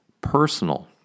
personal